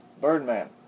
birdman